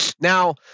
Now